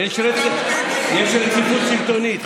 ויש רציפות שלטונית.